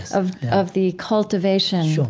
of of the cultivation